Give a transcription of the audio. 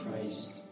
Christ